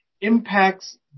impacts